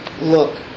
look